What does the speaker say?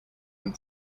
and